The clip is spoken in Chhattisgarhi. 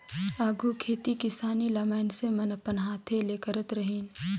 आघु खेती किसानी ल मइनसे मन अपन हांथे ले करत रहिन